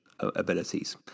Abilities